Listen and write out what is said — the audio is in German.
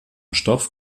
stoff